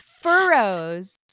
Furrows